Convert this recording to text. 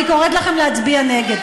אני קוראת לכם להצביע נגד.